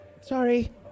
Sorry